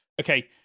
okay